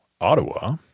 Ottawa